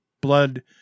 blood